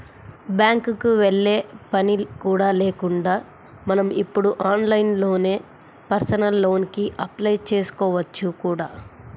బ్యాంకుకి వెళ్ళే పని కూడా లేకుండా మనం ఇప్పుడు ఆన్లైన్లోనే పర్సనల్ లోన్ కి అప్లై చేసుకోవచ్చు కూడా